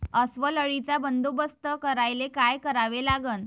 अस्वल अळीचा बंदोबस्त करायले काय करावे लागन?